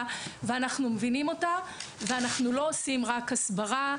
ואנחנו מבינים אותה ולא עושים רק הסברה.